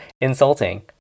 insulting